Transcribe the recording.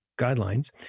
guidelines